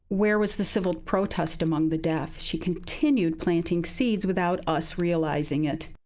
where was the civil protest among the deaf? she continued planting seeds without us realizing it.